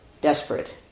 desperate